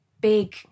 big